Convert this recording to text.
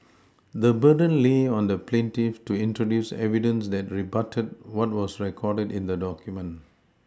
the burden lay on the plaintiff to introduce evidence that rebutted what was recorded in the document